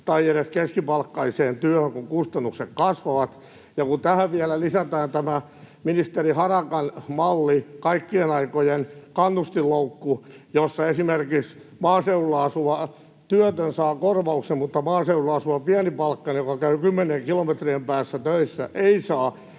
tai edes keskipalkkaiseen työhön, kun kustannukset kasvavat. Ja kun tähän vielä lisätään tämä ministeri Harakan malli, kaikkien aikojen kannustinloukku, jossa esimerkiksi maaseudulla asuva työtön saa korvauksen mutta maaseudulla asuva pienipalkkainen, joka käy kymmenien kilometrien päässä töissä, ei saa,